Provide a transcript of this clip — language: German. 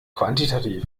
quantitativ